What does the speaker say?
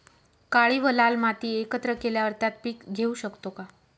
काळी व लाल माती एकत्र केल्यावर त्यात पीक घेऊ शकतो का?